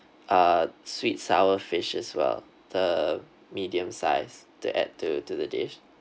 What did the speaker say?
uh sweet sour fish as well the medium size to add to to the dish